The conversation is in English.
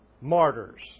Martyrs